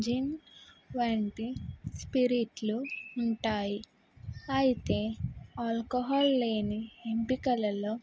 జిన్ వంటి స్పిరిట్లు ఉంటాయి అయితే ఆల్కహాల్ లేని ఎంపికలలో